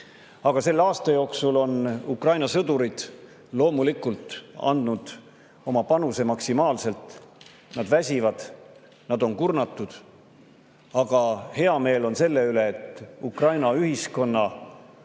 Aga selle aasta jooksul on Ukraina sõdurid loomulikult andnud oma panuse maksimaalselt. Nad väsivad, nad on kurnatud. Ent hea meel on selle üle, et Ukraina ühiskonna